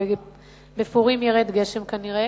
ובפורים ירד גשם כנראה,